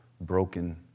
broken